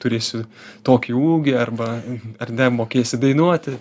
turėsi tokį ūgį arba ar ne mokėsi dainuoti